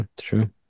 true